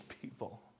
people